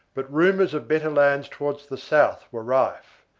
but rumours of better lands towards the south were rife,